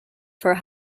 for